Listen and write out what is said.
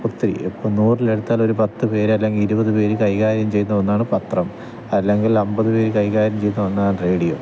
ഒത്തിരി ഇപ്പോള് നൂറിലെടുത്താൽ ഒരു പത്ത് പേര് അല്ലെങ്കില് ഇരുപത് പേര് കൈകാര്യം ചെയ്യുന്ന ഒന്നാണ് പത്രം അല്ലെങ്കിലന്പത് പേര് കൈകാര്യം ചെയ്യുന്ന ഒന്നാണ് റേഡിയോ